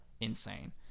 insane